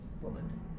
woman